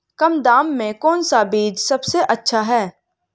कम दाम में कौन सा बीज सबसे अच्छा है?